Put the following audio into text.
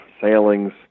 sailings